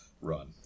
run